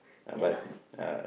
uh but uh